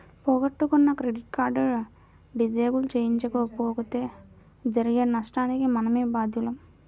పోగొట్టుకున్న credit card disable చేయించకపోతే జరిగే నష్టానికి మనమే బాధ్యులం